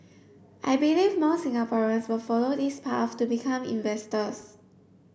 I believe more Singaporeans will follow this path to become inventors